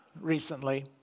recently